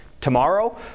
tomorrow